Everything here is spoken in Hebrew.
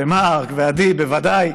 מרק ועדי בוודאי,